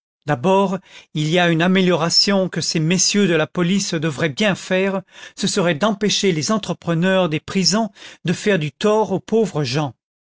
d'abord il y a une amélioration que ces messieurs de la police devraient bien faire ce serait d'empêcher les entrepreneurs des prisons de faire du tort aux pauvres gens